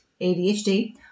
ADHD